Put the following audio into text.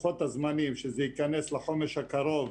לוחות הזמנים שזה ייכנס לחומש הקרוב